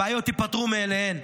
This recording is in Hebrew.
הבעיות ייפתרו מאליהן.